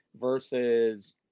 versus